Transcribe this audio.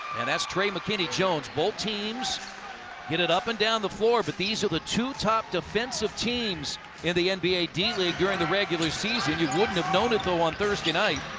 and that's trey mckinney jones. both teams get it up and down the floor. but these are the two top defensive teams in the and nba d-league during the regular season. you wouldn't have known it, though, on thursday night